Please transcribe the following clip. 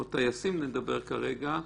או על טייסים נדבר כרגע,